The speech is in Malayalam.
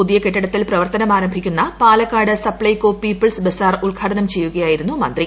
പുതിയ കെട്ടിടത്തിൽ പ്രവർത്തനം ആരംഭിക്കുന്ന പാലക്കാട് സപ്ലൈകോ പീപ്പിൾസ് ബസാർ ഉദ്ഘാടനം ചെയ്യുകയായിരുന്നു മന്ത്രി